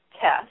test